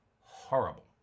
horrible